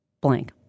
blank